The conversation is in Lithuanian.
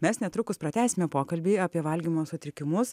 mes netrukus pratęsime pokalbį apie valgymo sutrikimus